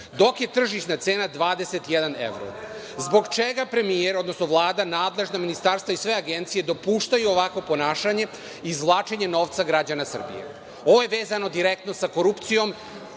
dok je tržišna cena 21 evro. Zbog čega premijer, odnosno Vlada, nadležna ministarstva i sve agencije dopuštaju ovakvo ponašanje i izvlačenje novca građana Srbije? Ovo je vezano direktno sa korupcijom.